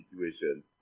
situation